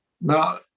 Now